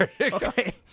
Okay